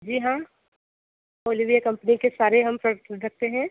जी हां Olivia company के सारे हम प्रॉडक्ट रखते हैं